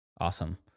awesome